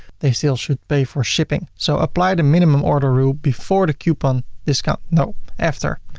they still should pay for shipping. so apply the minimum order rule before the coupon discount no, after.